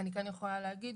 אני כן יכולה להגיד